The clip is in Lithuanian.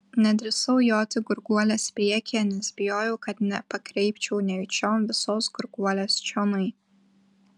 nedrįsau joti gurguolės priekyje nes bijojau kad nepakreipčiau nejučiom visos gurguolės čionai